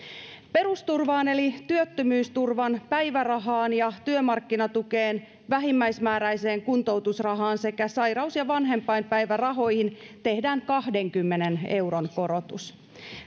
perusturvaan eli työttömyysturvan päivärahaan ja työmarkkinatukeen vähimmäismääräiseen kuntoutusrahaan sekä sairaus ja vanhempainpäivärahoihin tehdään kahdenkymmenen euron korotus